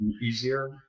easier